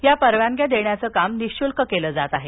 या परवानग्या देण्याचं काम निशुल्क केलं जात आहेत